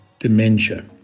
Dementia